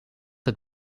het